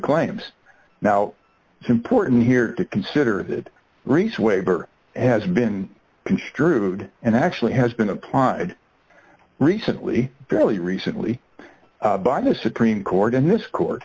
claims now it's important here to consider that reese waiver has been construed and actually has been applied recently fairly recently by the supreme court in this court